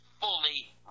fully